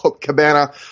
Cabana